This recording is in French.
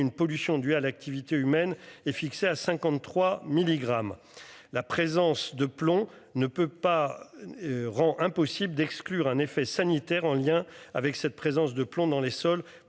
une pollution due à l'activité humaine est fixé à 53 milligrammes. La présence de plomb ne peut pas. Rend impossible d'exclure un effet sanitaire en lien avec cette présence de plomb dans les sols